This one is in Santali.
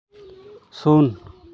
ᱥᱩᱱ